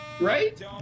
Right